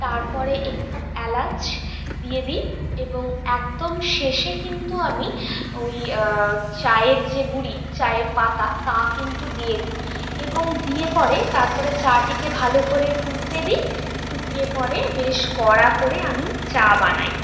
তারপের একটু এলাচ দিয়ে দিই এবং একদম শেষে কিন্তু আমি ওই চায়ের যে গুড়ি চায়ের পাতা তা কিন্তু দিয়ে দিই এবং দিয়ে পরে তারপরে চাটিকে ভালো করে ফুটতে দিই ফুটিয়ে পরে বেশ কড়া করে আমি চা বানাই